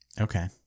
Okay